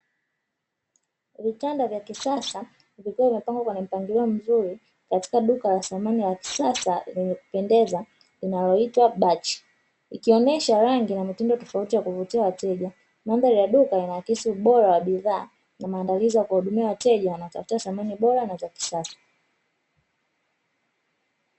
Vianda vya kisasa vikiwa vimepangwa kwenye mpangilio mzuri katika duka la samani ya kisasa lenye kupendeza linaloitwa "BATCH". Likionesha rangi na mitindo tofauti ya kuvutia wateja. Mandhari ya duka linaakisi ubora wa bidhaa na maandalizi ya kuwahudumia wateja wanaotafuta samani za bora na za kisasa.